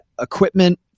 equipment